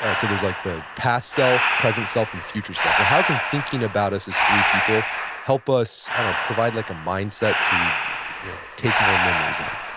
ah so there's like the past self, present self and future self. so how can thinking about us as three people help us provide like a mindset to you know take more memories in?